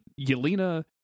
Yelena